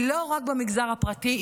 היא לא רק במגזר הפרטי,